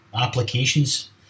applications